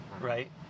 right